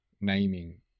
naming